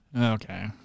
Okay